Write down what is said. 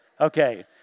Okay